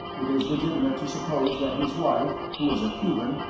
it is legitimate to suppose that his wife, who was a cuban,